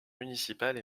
municipale